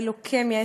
בלוקמיה,